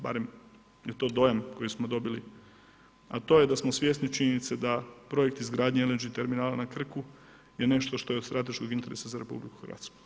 Barem je to dojam koji smo dobili, a to je da smo svjesni činjenice da projekt izgradnje LNG terminala na Krku je nešto što je od strateškog interesa za RH.